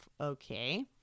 Okay